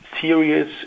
serious